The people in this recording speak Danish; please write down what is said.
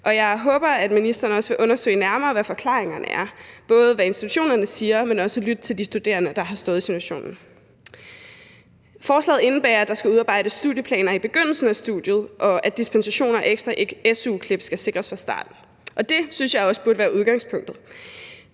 Jeg håber, at ministeren også vil undersøge nærmere, hvad forklaringerne er, og både vil lytte til, hvad institutionerne siger, og også vil lytte til de studerende, der har stået i situationen. Forslaget indebærer, at der skal udarbejdes studieplaner i begyndelsen af studiet, og at give dispensation og ekstra su-klip skal sikres fra starten. Og det synes jeg også burde være udgangspunktet.